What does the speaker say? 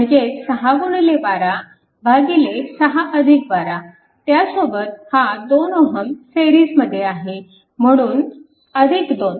म्हणजेच 612 612 त्यासोबत हा 2 Ω सिरीजमध्ये आहे म्हणून 2